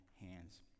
hands